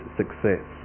success